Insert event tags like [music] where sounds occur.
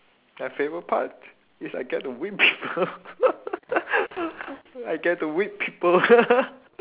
my favourite part is I get to whip people [laughs] I get to whip people